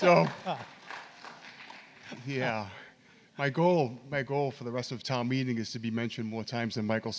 so yeah my goal my goal for the rest of time meaning is to be mentioned more times than michael